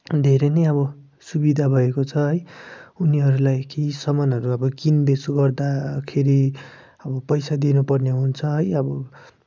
धेरै नै अब सुविधा भएको छ है उनीहरूलाई केही सामानहरू अब किनबेच गर्दाखेरि अब पैसा दिनुपर्ने हुन्छ है अब